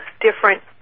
different